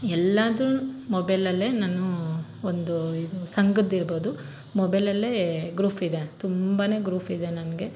ಎಲ್ಲದು ಮೊಬೈಲಲ್ಲೇ ನಾನು ಒಂದು ಇದು ಸಂಘದ್ದಿರ್ಬೋದು ಮೊಬೈಲಲ್ಲೇ ಗ್ರೂಫಿದೆ ತುಂಬ ಗ್ರೂಫಿದೆ ನನಗೆ